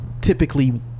typically